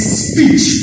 speech